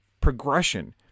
progression